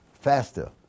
faster